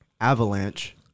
Avalanche